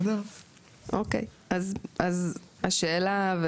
אז השאלה,